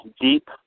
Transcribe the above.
deep